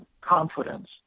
confidence